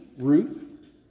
Ruth